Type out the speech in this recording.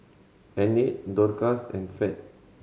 Enid Dorcas and Fed